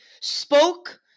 spoke